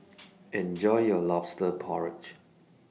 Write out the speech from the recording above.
Enjoy your Lobster Porridge